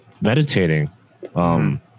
meditating